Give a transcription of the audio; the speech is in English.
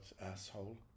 asshole